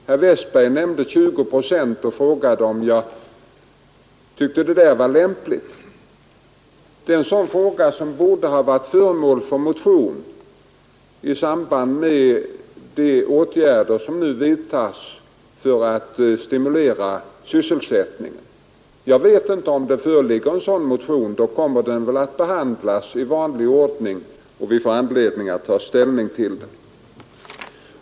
Herr Westberg nämnde 20 procent och frågade om jag tyckte att detta var lämpligt. Den frågan borde ha varit föremål för en motion i samband med de åtgärder som nu vidtas för att stimulera sysselsättningen. Jag vet inte om det föreligger någon sådan motion. Då kommer den i så fall att behandlas i vanlig ordning, och vi får anledning ta ställning till den.